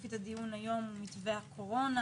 ספציפית הדיון היום הוא על מתווה הקורונה,